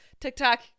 TikTok